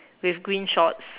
with green shorts